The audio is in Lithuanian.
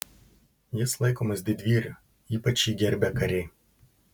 jis laikomas didvyriu ypač jį gerbia kariai